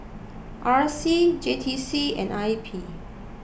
R C J T C and I P